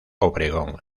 obregón